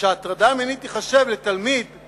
שהטרדה מינית תיחשב לגבי תלמידים